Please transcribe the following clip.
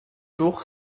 jour